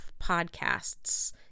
podcasts